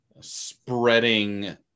spreading